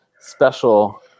special